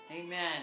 Amen